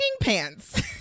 pants